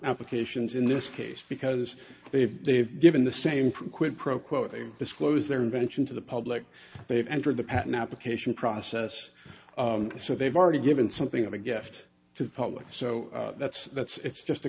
applications in this case because they've they've given the same from quid pro quo they disclose their invention to the public they've entered the patent application process so they've already given something of a gift to the public so that's that's it's just a